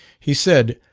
he said,